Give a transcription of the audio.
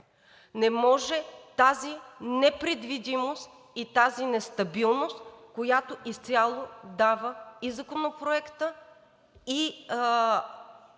Не може тази непредвидимост и тази нестабилност, която изцяло дава и Законопроектът, и